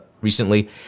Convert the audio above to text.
recently